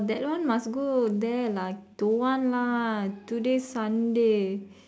that one must go there lah don't want lah today Sunday